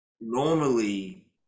normally